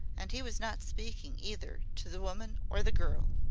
and he was not speaking either to the woman or the girl,